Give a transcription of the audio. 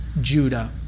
Judah